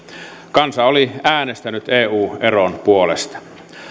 kansa oli äänestänyt eu eron puolesta